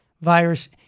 virus